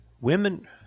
Women